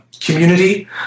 Community